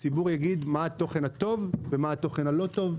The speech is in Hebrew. הציבור יגיד מה התוכן הטוב ומה התוכן הלא טוב,